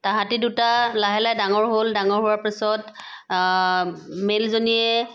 তাঁহাতি দুটা লাহে লাহে ডাঙৰ হ'ল ডাঙৰ হোৱাৰ পাছত মেলজনীয়ে